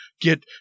get